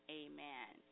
amen